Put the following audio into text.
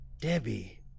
Debbie